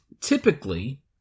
typically